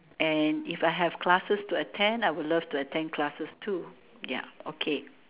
and if I have classes to attend I would love to attend classes too ya okay